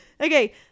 Okay